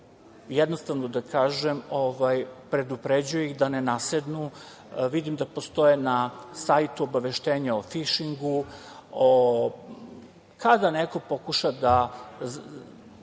jednostavno da kažem, predupređuje ih da ne nasednu. Vidim da postoje na sajtu obaveštenja o fišingu, kada neko pokuša da